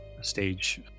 stage